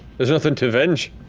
there's nothing to avenge.